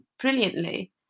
brilliantly